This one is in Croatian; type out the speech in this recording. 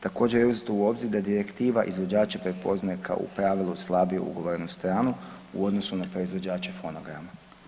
Također je uzeto u obzir da direktiva izvođače prepoznaje kao u pravilu slabije ugovorenu stranu u odnosu na proizvođače fonogarama.